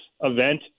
event